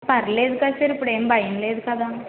పర్వాలేదు కదా సార్ ఇప్పుడేమి భయం లేదు కదా